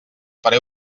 faré